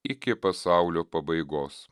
iki pasaulio pabaigos